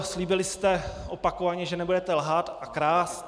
Slíbili jste opakovaně, že nebudete lhát a krást.